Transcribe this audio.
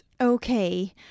Okay